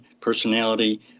personality